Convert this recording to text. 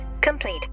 complete